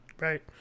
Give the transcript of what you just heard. Right